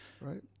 right